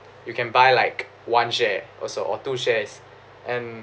you can buy like one share also or two shares and